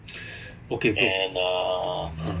okay bro